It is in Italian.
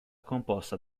composta